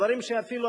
דברים שאפילו,